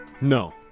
No